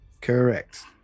Correct